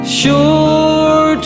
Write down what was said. sure